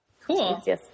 Cool